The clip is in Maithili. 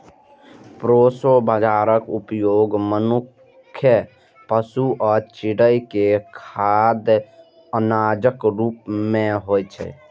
प्रोसो बाजाराक उपयोग मनुक्ख, पशु आ चिड़ै के खाद्य अनाजक रूप मे होइ छै